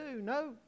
No